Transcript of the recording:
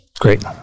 Great